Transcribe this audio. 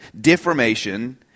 deformation